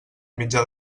mitjà